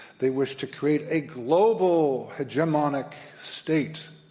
they wish to create a global hegemonic state,